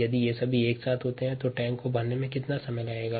यदि ये सभी एक साथ होते हैं तो टैंक को भरने में कितना समय लगेगा